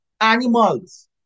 animals